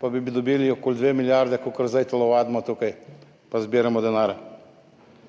pa bi dobili okoli 2 milijardi, zdaj pa tukaj telovadimo in zbiramo denar.